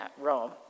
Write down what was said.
Rome